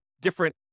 different